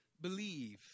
believe